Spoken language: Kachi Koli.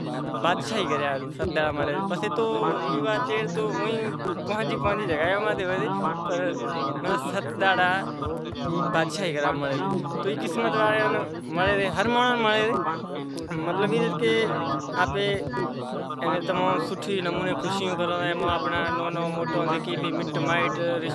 سوکری ناں ایم کیدہو کہ ای سوکری سوکرے ناں پسند کرے تی جاں ناں۔ مانڑاں کیدہو کہ سوکری کیوی سے تو موں کیدہو سوکری تو سوٹھی سے میں ناں مانڑاں کیدہو کہ شرام راکھو تو میں کیدہو شرم آپاں ناں سے ئی نہیں جکو کہیدو او ڈاریک کیدہو تو میں اوئے ناں ایم کیدہو کی سوکری منیں پسند کرے ری